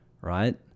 Right